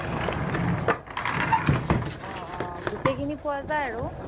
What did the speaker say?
ওম ওম অ অ গোটেইখিনি পোৱা যায় আৰু